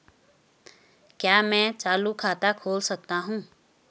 क्या मैं चालू खाता खोल सकता हूँ?